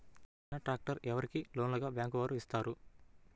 చిన్న ట్రాక్టర్ ఎవరికి లోన్గా బ్యాంక్ వారు ఇస్తారు?